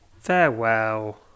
farewell